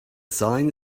sign